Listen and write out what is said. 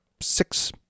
six